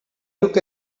took